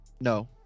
No